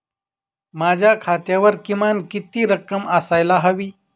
माझ्या खात्यावर किमान किती रक्कम असायला हवी?